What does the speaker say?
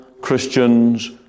Christians